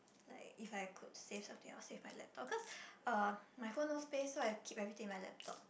like if I could save something I'll save my laptop cause uh my phone no space so I keep everything in my laptop